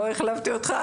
לא החלפתי אותך,